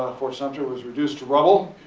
ah fort sumter was reduced to rubble.